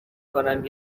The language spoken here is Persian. کنم